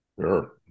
Sure